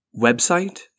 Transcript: Website